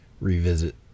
revisit